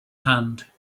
hand